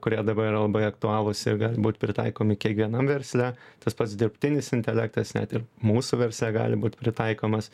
kurie dabar yra labai aktualūs ir gali būt pritaikomi kiekvienam versle tas pats dirbtinis intelektas net ir mūsų versle gali būt pritaikomas